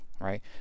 right